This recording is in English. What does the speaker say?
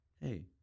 Hey